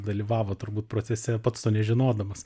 dalyvavo turbūt procese pats to nežinodamas